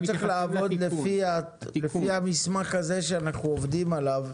אתה צריך לעבוד לפי המסמך הזה שאנחנו עובדים עליו.